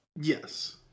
yes